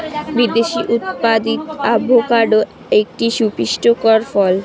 বিদেশে উৎপাদিত অ্যাভোকাডো একটি সুপুষ্টিকর ফল